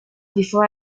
before